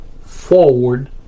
forward